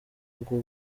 bwo